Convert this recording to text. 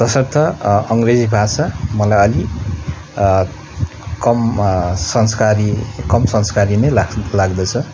त्यसर्थ अङ्ग्रेजी भाषा मलाई अलिक कम संस्कारी कम संस्कारी नै लाग्दछ